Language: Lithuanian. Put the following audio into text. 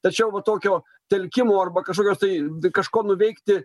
tačiau va tokio telkimo arba kažkokios tai kažko nuveikti